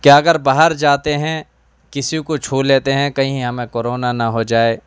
کہ اگر باہر جاتے ہیں کسی کو چھو لیتے ہیں کہیں ہمیں کورونا نہ ہو جائے